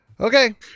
Okay